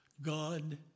God